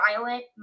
violent